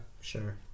Sure